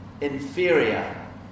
inferior